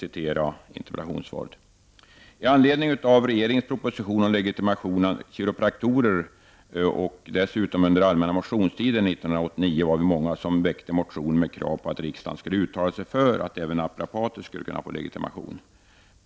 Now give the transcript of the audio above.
I anledning av regeringens proposition om legitimation av kiropraktorer, och dessutom under den allmänna motionstiden 1989, var vi många som väckte motioner med krav på att riksdagen skulle uttala sig för att även naprapater skulle kunna få legitimation.